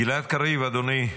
גלעד קריב, אדוני.